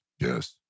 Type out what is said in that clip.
Yes